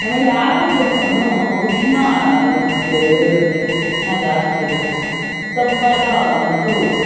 ಆಮೇಲೆ ಆರೋಗ್ಯಕ್ಕು ಉಷ್ಣ ಇರು ಇರುತ್ತೆ ಉಷ್ಣ ಜಾಸ್ತಿ ಇರುತ್ತೆ ತಂಪಾದ ಒಂದು